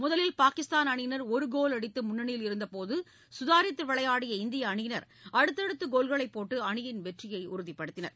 முதலில் பாகிஸ்தான் அணியினர் ஒரு கோல் அடித்து முன்னணியில் இருந்தபோது சுதாரித்து விளையாடிய இந்திய அணியினர் அடுத்தடுத்து கோல்களைப் போட்டு அணியின் வெற்றியை உறுதிப்படுத்தினர்